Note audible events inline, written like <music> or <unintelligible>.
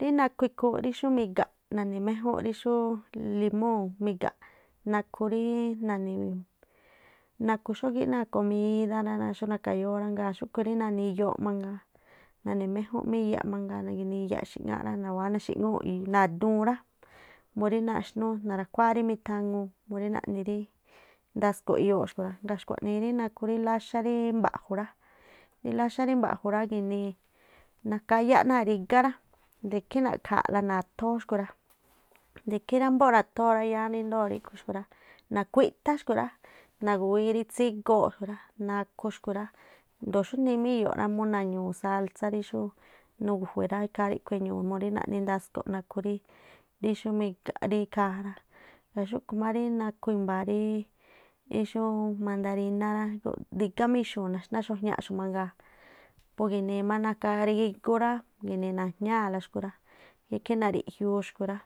Rí nakhu ikhúún rí xú migaꞌ na̱ni̱ méjúṉ ri xúú limúu̱ migaꞌ, nakhu rí na̱ni̱, nakhu xógíꞌ náa̱ komidá rá rá xú nakayóó rá. Ngaa̱ xúꞌkhu̱ rí na̱ni̱ iyooꞌ mangaa, nani̱ méjúnꞌ má iyaꞌ mangaa, gi̱nii iyaꞌ ixi̱ꞌŋáꞌ rá, ndawáá na̱xi̱ŋúu̱ꞌ na̱duun rá, murí naxnúú narakhuáá rí mithaŋuu murí naꞌni rí ndasko̱ꞌ iyoo xúꞌkhui̱ rá. Ngaa̱ xkuaꞌnii rí nakhu rí láxá rí mba̱ꞌju̱ rá, rí láxá rí mba̱ꞌju̱ rá gi̱nii nakáyáꞌ náa̱ rígá rá, de ikhí na̱ꞌkha̱a̱ꞌla nathóó xkhui̱ rá, de ikhí rá yáá ámbó ra̱thóó rá, ríndoo̱ ríꞌkhui̱ xkhui̱ rá nakuíꞌthá xkhui̱ rá, nagu̱wíí rí tsígooꞌ xkui̱ rá. nakhu̱ xkhui̱ rá, jndoo xúnii má iyoꞌ rá murí na̱ñu̱u̱ sálsá rí xú ngu̱jue̱ rá ikhaa ríꞌkhui̱ e̱ñu̱u̱ murí naꞌni ndasko̱ꞌ nakhu rí xú migaꞌ rí ikhaa ja rá. Ngaa̱ xúꞌkhu̱ má rí nakhu̱ i̱mba̱ rí xúú mandariná rá <unintelligible> rígá má ixu̱u̱ naxná xuajñaꞌxu̱ mangaa, pú ginii má nákárígú rá, i̱na̱jñaa̱la xkui̱ rá, ikhí nariꞌjiuu xkui̱ rá,